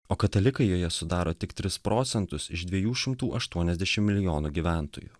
o katalikai joje sudaro tik tris procentus iš dviejų šimtų aštuoniasdešim milijonų gyventojų